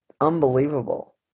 unbelievable